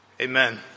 Amen